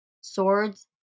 Swords